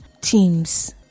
Teams